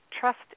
Trust